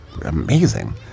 amazing